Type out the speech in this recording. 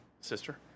sister